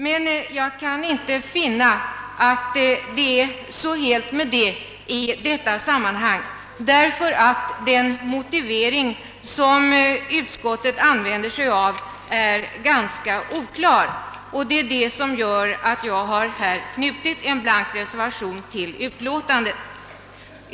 Jag kan emellertid inte finna att det är så helt med den saken i detta sammanhang, därför att den motivering som utskottet använder är ganska oklar, och det är anledningen till att jag har knutit en blank reservation till utlåtandet.